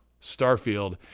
Starfield